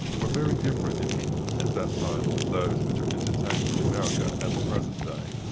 were very different in england at that time, from those which are entertained in america at the present day.